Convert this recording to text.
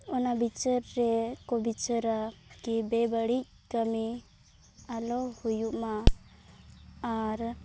ᱚᱱᱟ ᱵᱤᱪᱟᱹᱨ ᱨᱮᱠᱚ ᱵᱤᱪᱟᱹᱨᱟ ᱠᱤ ᱵᱮᱼᱵᱟᱹᱲᱤᱡ ᱠᱟᱹᱢᱤ ᱟᱞᱚ ᱦᱩᱭᱩᱜ ᱢᱟ ᱟᱨ